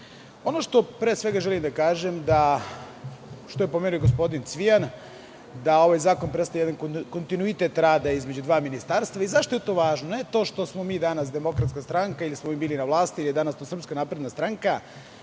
što pre svega želim da kažem, što je pomenuo i gospodin Cvijan, jeste da ovaj zakon predstavlja kontinuitet rada između dva ministarstva. Zašto je to važno? Ne to, što smo mi danas Demokratska stranka ili smo bili na vlasti ili je to danas Srpska napredna stranka,